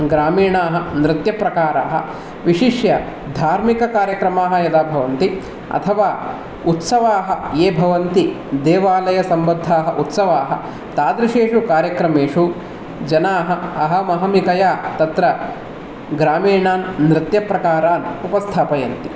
ग्रामीणाः नृत्यप्रकाराः विशिष्य धार्मिककार्यक्रमाः यदा भवन्ति अथवा उत्सवाः ये भवन्ति देवालयसम्बद्धाः उत्सवाः तादृशेषु कार्यक्रमेषु जनाः अहमहमिकया तत्र ग्रामीणान् नृत्यप्रकारान् उपस्थापयन्ति